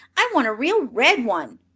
i want a real red one,